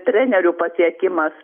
trenerių pasiekimas